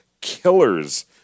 killers